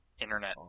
Internet